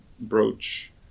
brooch